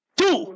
two